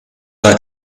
like